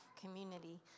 community